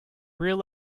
real